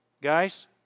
Guys